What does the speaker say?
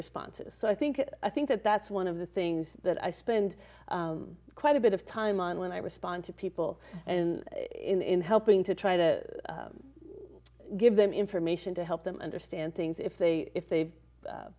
responses so i think i think that that's one of the things that i spend quite a bit of time on when i respond to people and in helping to try to give them information to help them understand things if they if they